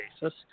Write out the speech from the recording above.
basis